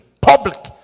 public